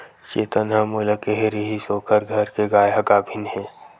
चेतन ह मोला केहे रिहिस ओखर घर के गाय ह गाभिन हे